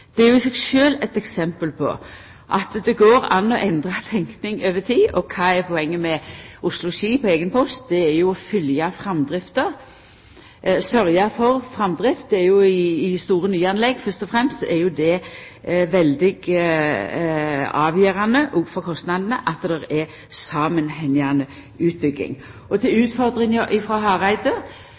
er jo i seg sjølv eit eksempel på at det går an å endra tenking over tid. Og kva er poenget med å ha Oslo–Ski på eigen post? Det er å følgja framdrifta, sørgja for framdrift. I store nyanlegg fyrst og fremst er jo det veldig avgjerande, òg for kostnadene, at det er samanhengande utbygging. Til utfordringa frå Hareide,